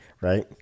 right